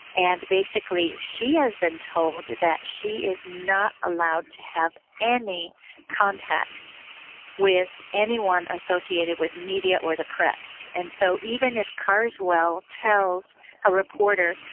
and basically, she has been told that she is not allowed to have any contact with anyone associated with media or the press. and so even if carswell tells a reporter,